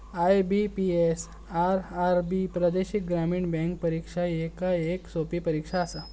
IBPS, RRB प्रादेशिक ग्रामीण bank परीक्षा ही येक सोपी परीक्षा आसा